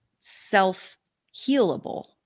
self-healable